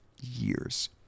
years